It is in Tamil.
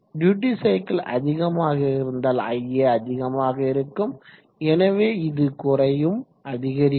டியூட்டி சைக்கிள் அதிகமாக இருந்தால் ia அதிகமாக இருக்கும் எனவே இது குறையும் அதிகரிக்கும்